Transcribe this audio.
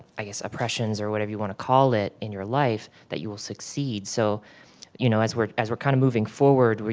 i guess, oppressions or whatever you wanna call it in your life that you will succeed. so you know as we're as we're kind of moving forward,